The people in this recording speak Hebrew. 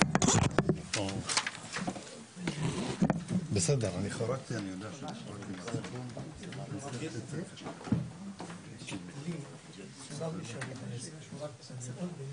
בשעה 12:33.